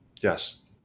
Yes